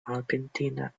argentina